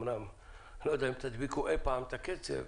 אמנם אני לא יודע אם אי פעם תדביקו את הקצב,